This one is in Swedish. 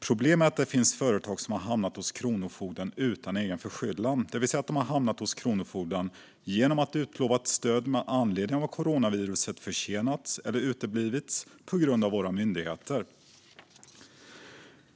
Problemet är att det finns företag som hamnat hos kronofogden utan egen förskyllan, det vill säga de har hamnat hos kronofogden genom att utlovat stöd med anledning av coronaviruset försenats eller uteblivit på grund av våra myndigheter.